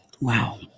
Wow